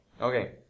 Okay